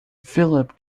philip